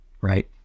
Right